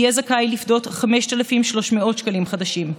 יהיה זכאי לפדות 5,300 שקלים חדשים.